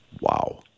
Wow